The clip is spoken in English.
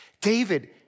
David